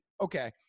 okay